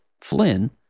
Flynn